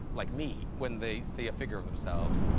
like me, when they see a figure of themselves,